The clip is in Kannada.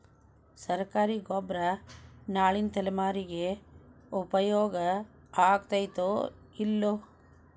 ಸರ್ಕಾರಿ ಗೊಬ್ಬರ ನಾಳಿನ ತಲೆಮಾರಿಗೆ ಉಪಯೋಗ ಆಗತೈತೋ, ಇಲ್ಲೋ?